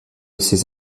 ces